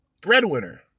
breadwinner